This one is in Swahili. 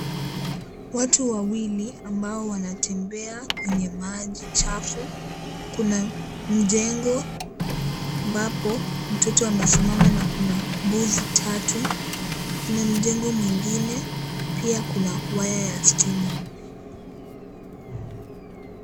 Watu wawili ambao wanatembea kwenye maji, chafu. Kuna mjengo ambapo, mtoto amesimama na kuna mbuzi tatu. Kuna mjengo mwingine, pia kuna waya ya stima.